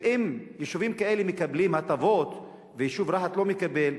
ואם יישובים כאלה מקבלים הטבות והיישוב רהט לא מקבל,